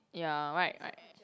ya right right